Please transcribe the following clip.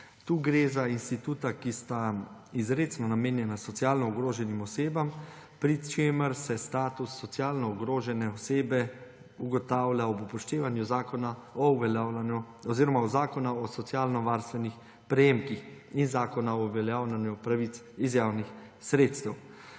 Tu gre za instituta, ki sta izrecno namenjena socialno ogroženim osebam, pri čemer se status socialno ogrožene osebe ugotavlja ob upoštevanju Zakona o socialno varstvenih prejemkih in Zakona o uveljavljanju pravic iz javnih sredstev.